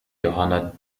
johanna